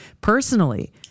personally